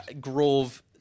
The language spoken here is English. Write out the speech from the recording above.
Grove